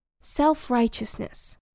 Self-righteousness